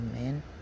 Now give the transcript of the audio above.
Amen